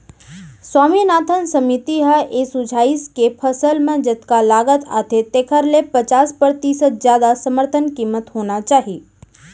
स्वामीनाथन समिति ह ए सुझाइस के फसल म जतका लागत आथे तेखर ले पचास परतिसत जादा समरथन कीमत होना चाही